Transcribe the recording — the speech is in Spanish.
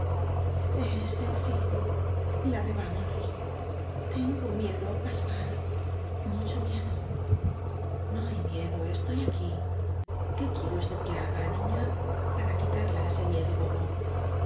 es el fin la de vamonos tengo miedo gaspar mucho miedo no hay miedo estoy aquí qué quiere usted que haga niña para quitarla ese miedo bobo